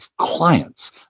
clients